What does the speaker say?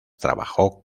trabajó